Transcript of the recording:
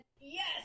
Yes